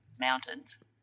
mountains